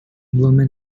woman